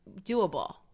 doable